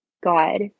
God